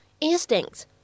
Instincts